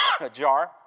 ajar